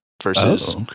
Versus